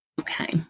Okay